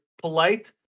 polite